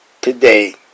today